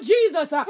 Jesus